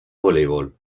voleibol